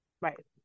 Right